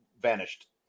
vanished